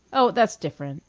oh, that's different,